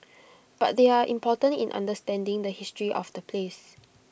but they are important in understanding the history of the place